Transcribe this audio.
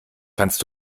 kannst